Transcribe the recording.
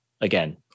again